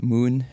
Moon